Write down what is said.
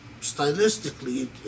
Stylistically